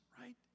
right